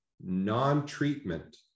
non-treatment